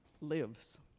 lives